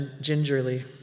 gingerly